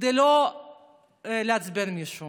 כדי לא לעצבן מישהו